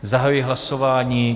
Zahajuji hlasování.